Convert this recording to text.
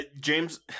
James